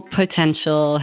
potential